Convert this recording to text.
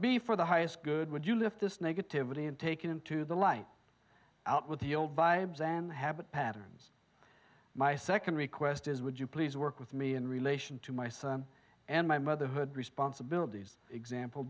before the highest good would you lift this negativity and take it into the light out with the old vibes and habit patterns my second request is would you please work with me in relation to my son and my motherhood responsibilities example